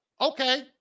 okay